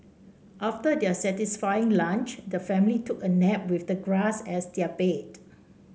after their satisfying lunch the family took a nap with the grass as their bed